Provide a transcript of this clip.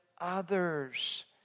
others